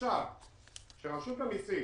כשרשות המסים